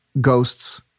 ghosts